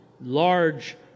large